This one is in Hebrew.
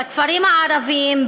בכפרים הערביים,